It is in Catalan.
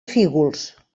fígols